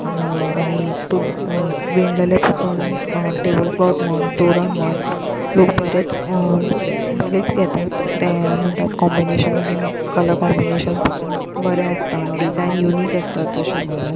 आनी विणलले पासून टेबल क्लोत म्हण तोरण म्हण लोक बरेच बरेच घेतात तें म्हणटा कॉम्बिनेशन बीन कलर कॉम्बिनेशन बसून बरें आसता म्हण डिजायन युनीक आसतात अशें म्हणून